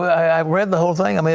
i read the whole thing. i mean